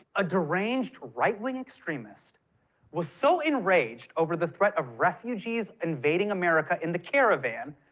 a deranged right-wing extremist was so enraged over the threat of refugees invading america in the caravan,